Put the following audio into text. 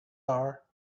are